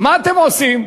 מה אתם עושים?